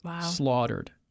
slaughtered